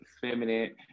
feminine